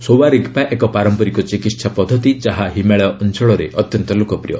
ସୋୱା ରିଗ୍ପା ଏକ ପାରମ୍ପରିକ ଚିକିତ୍ସା ପଦ୍ଧତି ଯାହା ହିମାଳୟ ଅଞ୍ଚଳରେ ଅତ୍ୟନ୍ତ ଲୋକପ୍ରିୟ